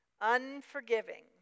unforgiving